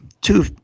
two